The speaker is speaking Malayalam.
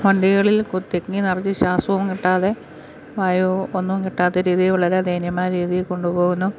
വണ്ടികളിൽ തിങ്ങി നിറഞ്ഞ് ശ്വാസവും കിട്ടാതെ വായുവും ഒന്നും കിട്ടാത്ത രീതിയിൽ വളരെ ദയനീയമായ രീതിയിൽ കൊണ്ടുപോകുന്നു